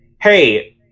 hey